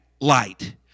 light